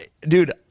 Dude